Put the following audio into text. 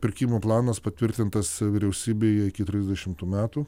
pirkimų planas patvirtintas vyriausybėje iki trisdešimtų metų